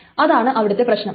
അതാണ് ഇവിടുത്തെ പ്രശ്നവും